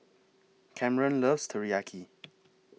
Kamren loves Teriyaki